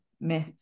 myth